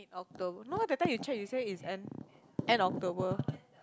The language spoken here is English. October no that time you check you say is end end October